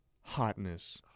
hotness